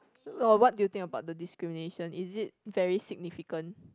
what do you think about the discrimination is it very significant